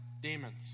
demons